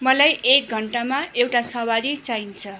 मलाई एक घन्टामा एउटा सवारी चाहिन्छ